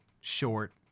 short